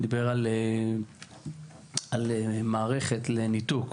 שדיבר על מערכת לניתוק